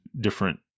different